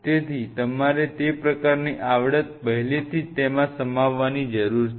તેથી તમારે તે પ્રકારની આવડત પહેલેથી જ તેમાં સમાવવાની જરૂર છે